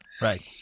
right